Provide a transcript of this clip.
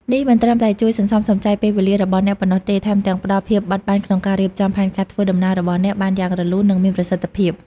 នេះមិនត្រឹមតែជួយសន្សំសំចៃពេលវេលារបស់អ្នកប៉ុណ្ណោះទេ ថែមទាំងផ្តល់ភាពបត់បែនក្នុងការរៀបចំផែនការធ្វើដំណើររបស់អ្នកបានយ៉ាងរលូន និងមានប្រសិទ្ធភាព។